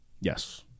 Yes